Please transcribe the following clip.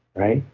right?